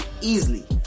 easily